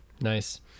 Nice